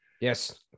yes